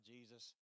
Jesus